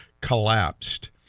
collapsed